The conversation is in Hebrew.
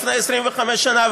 לפני 25 שנה,